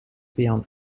beyond